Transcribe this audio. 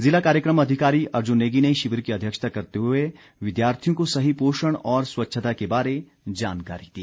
जिला कार्यक्रम अधिकारी अर्जुन नेगी ने शिविर की अध्यक्षता करते हुए विद्यार्थियों को सही पोषण और स्वच्छता के बारे जानकारी दी